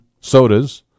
sodas